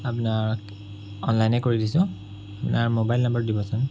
আপোনাক অনলাইনে কৰি দিছোঁ আপোনাৰ মোবাইল নাম্বাৰটো দিবচোন